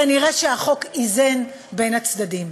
כנראה החוק איזן בין הצדדים.